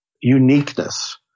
uniqueness